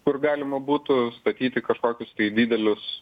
kur galima būtų statyti kažkokius didelius